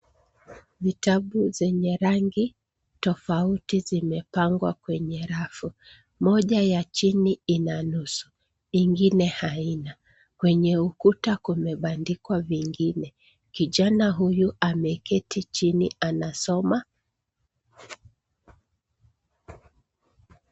Vitabu zenye rangi tofauti zimepangwa kwenye rafu. Moja ya chini ina nusu nyengine haina. Kwenye ukuta kumebandikwa vyengine. Kijana huyu ameketi chini anasoma.